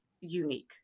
unique